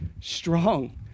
strong